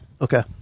Okay